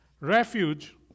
refuge